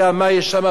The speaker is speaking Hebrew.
הנלוזה הזו,